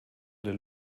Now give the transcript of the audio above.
der